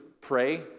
pray